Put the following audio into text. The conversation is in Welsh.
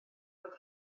fod